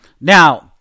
Now